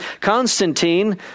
Constantine